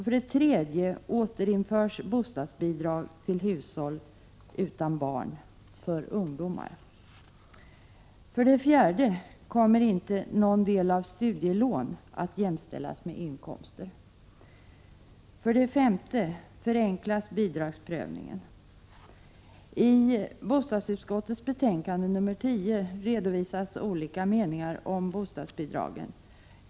För det tredje återinförs bostadsbidrag till hushåll utan barn för ungdomar. För det fjärde kommer inte någon del av studielån att jämställas med inkomster. För det femte förenklas bidragsprövningen. I bostadsutskottets betänkande nr 20 redovisas olika meningar om bostadsbidragen.